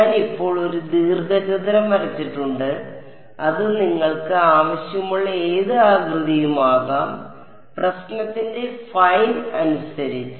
ഞാൻ ഇപ്പോൾ ഒരു ദീർഘചതുരം വരച്ചിട്ടുണ്ട് അത് നിങ്ങൾക്ക് ആവശ്യമുള്ള ഏത് ആകൃതിയും ആകാം പ്രശ്നത്തിന്റെ ഫൈൻ അനുസരിച്ച്